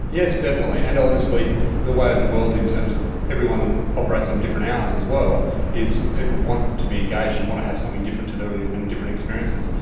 yes, definitely, and obviously the way the world in terms of everyone operates on different hours as well is people want to be engaged and want to have something different to do and different experiences.